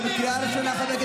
ראשונה.